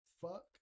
Fuck